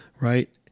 right